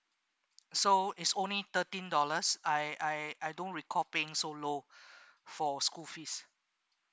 so is only thirteen dollars I I I don't recall paying so low for school fees